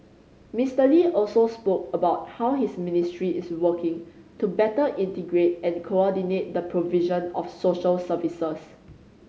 Mister Lee also spoke about how his ministry is working to better integrate and coordinate the provision of social services